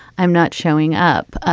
i'm not showing up.